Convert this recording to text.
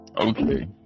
Okay